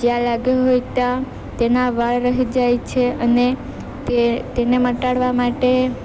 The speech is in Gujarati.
જ્યાં લાગ્યું હોય ત્યાં તેના વાળ રહી જાય છે અને તેને મટાડવા માટે